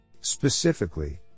Specifically